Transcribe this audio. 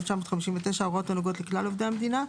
התשי"ט-1959 ההוראות הנוגעות לכלל עובדי המדינה,